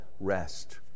rest